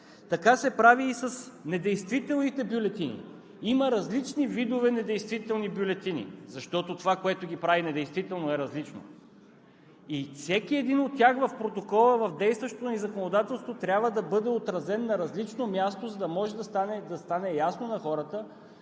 Така се прави и с недействителните бюлетини. Има различни видове недействителни бюлетини, защото това, което ги прави недействителни, е различно. И всеки един от тях в протокола в действащото ни законодателство трябва да бъде отразен на различно място, за да може да стане ясно на хората